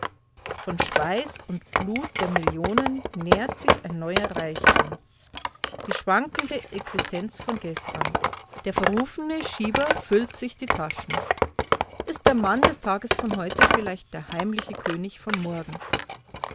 von schweiß und blut der millionen nährt sich ein neuer reichtum die schwankende existenz von gestern der verrufene schieber füllt sich die taschen ist der mann des tages von heute vielleicht der heimliche könig von morgen